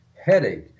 headache